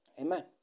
Amen